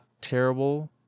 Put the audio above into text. terrible